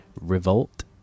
revolt